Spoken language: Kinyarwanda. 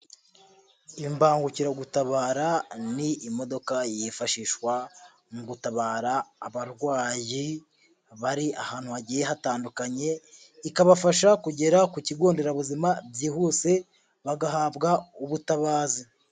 Imbangukiragutabara ni imodoka yifashishwa mu gutabara abarwayi bari ahantu hagiye hatandukanye, ikabafasha kugera ku kigo nderabuzima byihuse, bagahabwa ubutabazi.